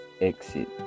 exit